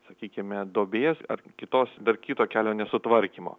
sakykime duobės ar kitos dar kito kelio nesutvarkymo